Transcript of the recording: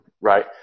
right